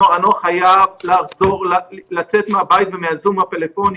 הנוער חייב לצאת מהבית, מהזום ומהפלאפונים.